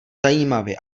zajímavě